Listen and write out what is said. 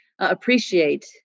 appreciate